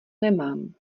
nemám